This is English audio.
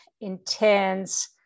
intense